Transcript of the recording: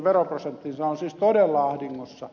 se on siis todella ahdingossa